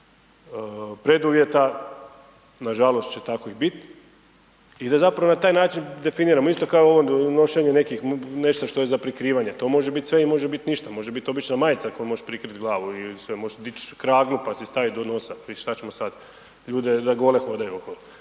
preduvjeta, nažalost će tako i biti i da zapravo na taj način definirano. Isto kao nošenje nekih, nešto što je za prikrivanje, to može biti sve, a možda biti ništa. Može biti obična majica kojom možeš prikriti glavu i sve, možeš dići kragnu pa si staviti do nosa i što ćemo sad? Ljude da gole hodaju okolo.